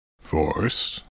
Force